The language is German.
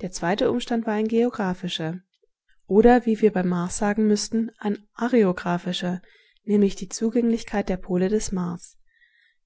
der zweite umstand war ein geographischer oder wie wir beim mars sagen müßten ein areographischer nämlich die zugänglichkeit der pole des mars